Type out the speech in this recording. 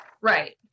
Right